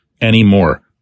anymore